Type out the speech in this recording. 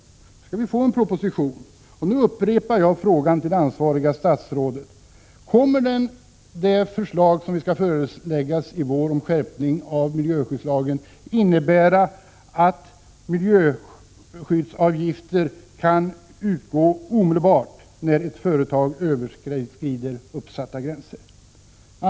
Skall vi få en proposition? Jag upprepar frågan till det ansvariga statsrådet: Kommer det förslag som vi skall föreläggas i vår om skärpning av miljöskyddslagen att innebära att miljöskyddsavgifter kan utgå omedelbart, när ett företag överskrider uppsatta gränser?